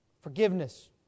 forgiveness